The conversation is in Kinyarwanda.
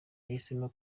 yahisemo